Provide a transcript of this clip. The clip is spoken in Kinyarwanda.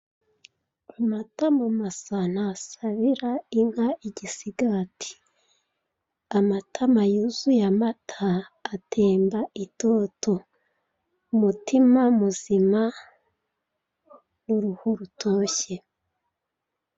Amatama masa ntasabira inka igisigati, amatama yuzuye amata atemba itoto, mutima muzima w'uruhu rutoshye.